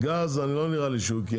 בגז, לא נראה לי שהוא קיים התייעצות.